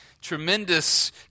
Tremendous